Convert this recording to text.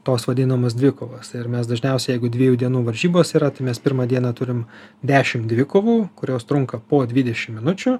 tos vadinamos dvikovos ir mes dažniausiai jeigu dviejų dienų varžybos yra tai mes pirmą dieną turime dešimt dvikovų kurios trunka po dvidešimt minučių